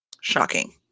Shocking